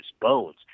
Bones